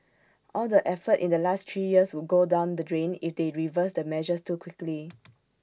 all the effort in the last three years would go down the drain if they reverse the measures too quickly